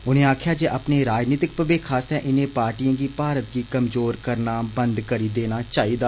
उनें आक्खेआ जे अपने राजनितक भविक्ख आस्तै इनें पार्टिएं गी भारत गी कमजोर करना बंद करी देना चाहिदा